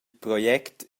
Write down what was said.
project